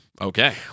Okay